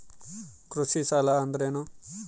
ಕೃಷಿ ಸಾಲ ಅಂದರೇನು?